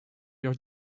your